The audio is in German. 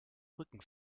rücken